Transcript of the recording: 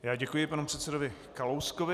Já děkuji panu předsedovi Kalouskovi.